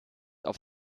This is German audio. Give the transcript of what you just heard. auf